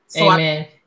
Amen